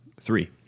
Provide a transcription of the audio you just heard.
Three